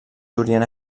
durien